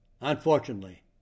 Unfortunately